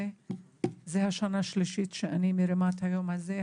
זו השנה השלישית שאני מרימה את היום הזה,